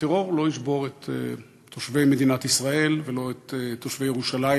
טרור לא ישבור את תושבי מדינת ישראל ולא את תושבי ירושלים,